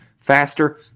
faster